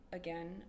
again